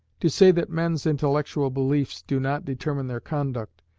to say that men's intellectual beliefs do not determine their conduct,